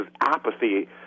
apathy